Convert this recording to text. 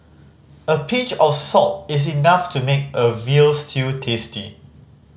a pinch of salt is enough to make a veal stew tasty